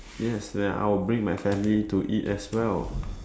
yes and I will bring my family to eat as well